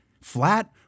flat